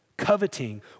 coveting